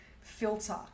filter